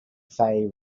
fay